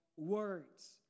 Words